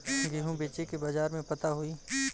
गेहूँ बेचे के बाजार पता होई?